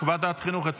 ועדת החינוך.